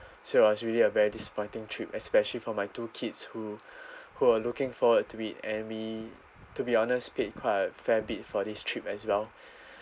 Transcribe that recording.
so it was really a very disappointing trip especially for my two kids who who were looking forward to it and we to be honest paid quite a fair bit for this trip as well